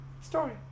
story